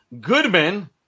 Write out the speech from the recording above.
Goodman